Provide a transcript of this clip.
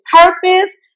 purpose